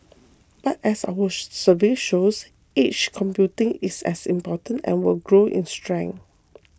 but as our survey shows edge computing is as important and will grow in strength